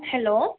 hello